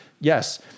Yes